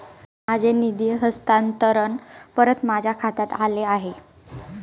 माझे निधी हस्तांतरण परत माझ्या खात्यात आले आहे